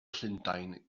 llundain